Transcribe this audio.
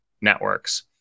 networks